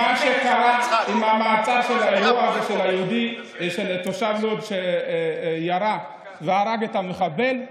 מה שקרה עם המעצר של היהודי תושב לוד שירה והרג את המחבל,